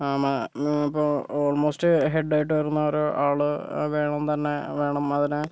നമ്മ ഇപ്പൊൾ almost head ആയിട്ട് വരുന്ന ഒരാള് വേണമെന്ന് തന്നെ വേണം അതിന്